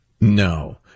No